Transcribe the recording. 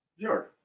Sure